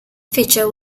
feature